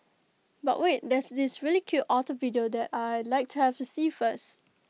but wait there's this really cute otter video that I Like to have to see first